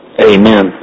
Amen